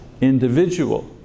individual